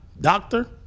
doctor